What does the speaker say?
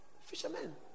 fishermen